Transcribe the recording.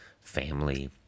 family